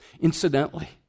Incidentally